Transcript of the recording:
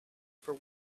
for